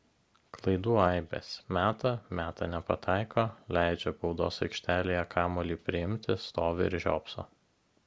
klaidų aibės meta meta nepataiko leidžia baudos aikštelėje kamuolį priimti stovi ir žiopso